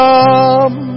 Come